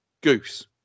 goose